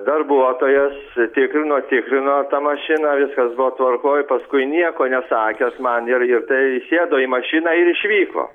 darbuotojas tikrino tikrino tą mašiną viskas buvo tvarkoj paskui nieko nesakęs man ir ir tai įsėdo į mašiną ir išvyko